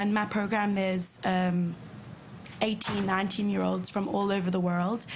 בתוכנית הזו בני 18-19 מכל העולם,